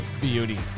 beauty